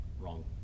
wrong